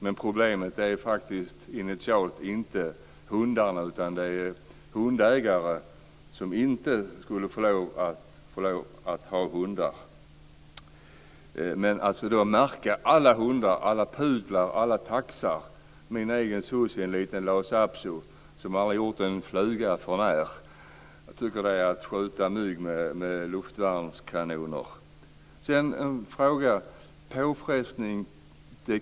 Men initialt är problemet faktiskt inte hundarna, utan problemet är hundägare som egentligen inte skulle få lov att ha hundar. Att märka alla hundar, alla pudlar och alla taxar exempelvis - jag tänker på min egen hund Sussie, en liten llasa apso som aldrig gjort en fluga för när - tycker jag är att skjuta mygg med luftvärnskanoner.